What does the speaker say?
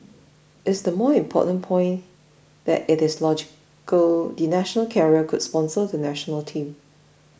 is the more important point that it is logical the national carrier should sponsor the National Team